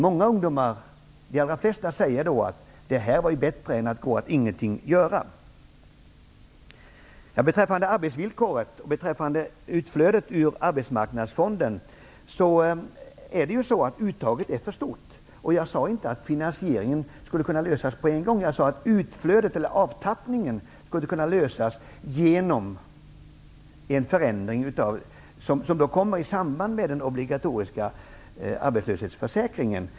Många ungdomar, de allra flesta, säger att det här var bättre än att gå och ingenting göra. Beträffande arbetsvillkoret och beträffande utflödet ur Arbetsmarknadsfonden är det ju så att uttaget är för stort. Jag sade inte att frågan om finansieringen skulle kunna lösas på en gång, utan jag sade att avtappningen skulle kunna stoppas genom den förändring som kommer i samband med den obligatoriska arbetslöshetsförsäkringen.